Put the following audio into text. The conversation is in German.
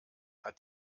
hat